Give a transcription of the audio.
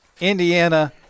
Indiana